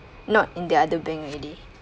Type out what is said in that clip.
not in the other bank already